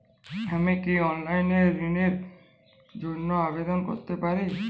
আমি কি অনলাইন এ ঋণ র জন্য আবেদন করতে পারি?